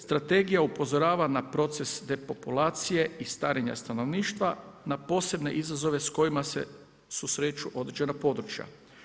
Strategija upozorava na proces depopulacije i starenja stanovništva, na posebne izazove s kojima se susreću određena područja.